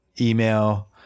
email